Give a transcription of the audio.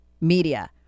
media